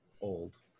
old